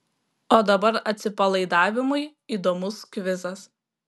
o dabar atsipalaidavimui įdomus kvizas